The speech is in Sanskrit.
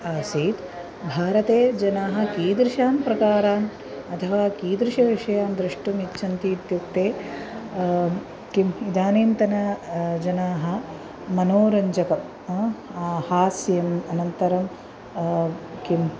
आसीत् भारते जनाः कीदृशान् प्रकारान् अथवा कीदृशविषयान् द्रष्टुम् इच्छन्ति इत्युक्ते किम् इदानीन्तनाः जनाः मनोरञ्जकं हास्यम् अनन्तरं किं